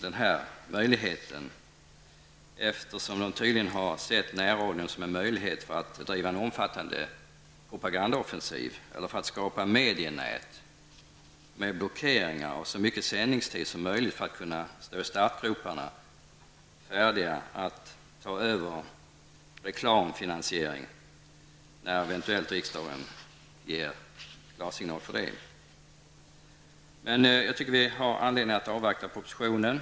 De har tydligen uppfattat närradion som en möjlighet att bedriva en omfattande propagandaoffensiv eller för att skapa ett medienät, med blockeringar och med så mycket sändningstid som möjligt, för att stå i startgroparna, färdiga att ta över med reklamfinansiering när riksdagen eventuellt ger klarsignal för det. Jag tycker att vi har anledning att avvakta propositionen.